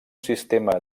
sistema